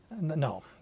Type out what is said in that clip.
No